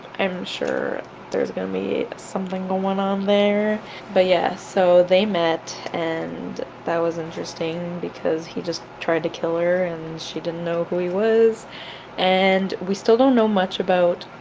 i'm sure there's gonna be something going on there but yes, so they met and that was interesting because he just tried to kill her and she didn't know who he was and we still don't know much about